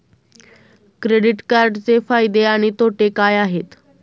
Credit कार्डचे फायदे आणि तोटे काय आहेत?